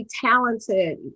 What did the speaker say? talented